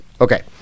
okay